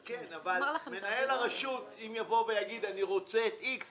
אם יבוא מנהל הרשות ויגיד: אני רוצה עובד מסוים,